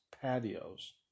patios